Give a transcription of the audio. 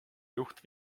juht